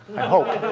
i hope.